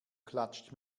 klatscht